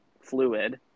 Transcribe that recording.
fluid